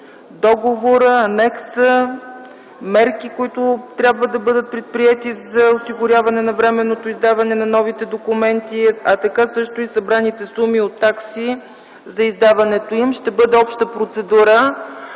договора, анекса, мерки, които трябва да бъдат предприети за осигуряване на временното издаване на нови документи, също така и събраните суми от такси за издаването им. Ще бъде обща процедура,